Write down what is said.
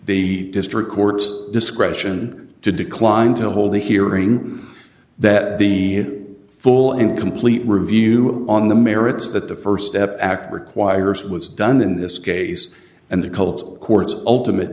the district courts discretion to decline to hold a hearing that the full and complete review on the merits that the st step act requires was done in this case and the cult courts ultimate